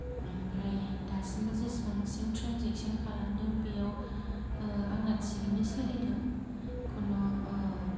ओमफ्राय दासिमबो जेसेबांसिम त्रेन्जेक्सन खालामदों बेयाव आंना थिगैनो सोलिदों खुनु